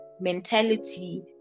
mentality